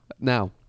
Now